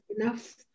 enough